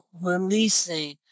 releasing